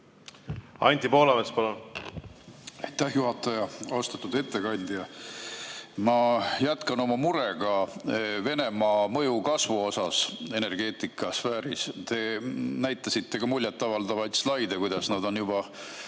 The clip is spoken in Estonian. Anti Poolamets, palun! Aitäh, juhataja! Austatud ettekandja! Ma jätkan oma murega Venemaa mõju kasvu pärast energeetikasfääris. Te näitasite muljetavaldavaid slaide, kuidas nad on ka